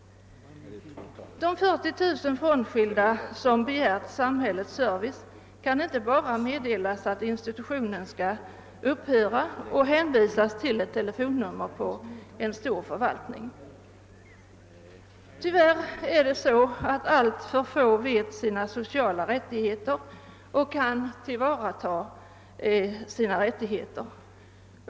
De 40 000 frånskilda som begär samhällets service kan inte bara meddelas att institutionen skall upphöra och hänvisas till ett telefonnummer i en stor förvaltning. Tyvärr vet alltför få människor vilka sociala rättigheter de har och kan därför inte tillvarata dem.